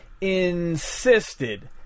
insisted